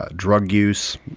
ah drug use,